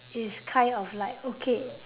it's kind of like okay